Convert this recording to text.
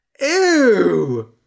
Ew